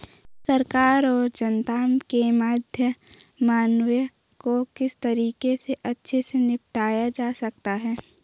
सरकार और जनता के मध्य समन्वय को किस तरीके से अच्छे से निपटाया जा सकता है?